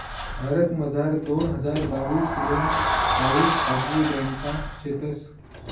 भारतमझार दोन हजार बाविस लोंग बाविस खाजगी ब्यांका शेतंस